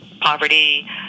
poverty